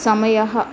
समयः